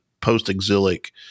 post-exilic